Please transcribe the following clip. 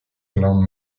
lawn